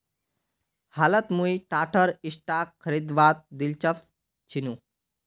हालत मुई टाटार स्टॉक खरीदवात दिलचस्प छिनु